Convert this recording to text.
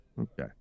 Okay